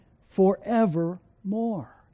forevermore